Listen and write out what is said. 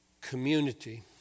community